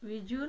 visual